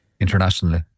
internationally